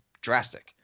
drastic